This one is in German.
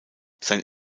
sein